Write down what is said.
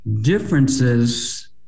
differences